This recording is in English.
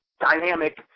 dynamic